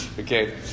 Okay